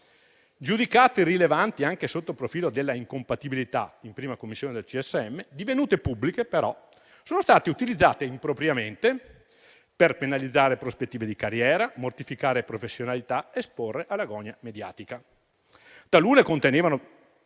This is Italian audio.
giudicate irrilevanti anche sotto il profilo della incompatibilità in prima Commissione del Consiglio superiore della magistratura, divenute pubbliche, però, sono state utilizzate impropriamente per penalizzare prospettive di carriera, mortificare professionalità, esporre alla gogna mediatica. Talune contenevano